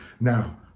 now